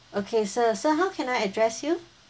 okay sir sir how can I address you